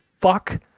fuck